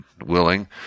willing